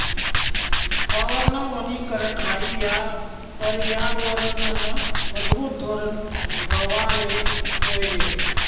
वावरनं वनीकरन हायी या परयावरनंनं मजबूत धोरन व्हवाले जोयजे